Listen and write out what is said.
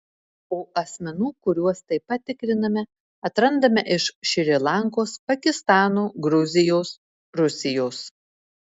o asmenų kuriuos taip pat tikriname atrandame iš šri lankos pakistano gruzijos rusijos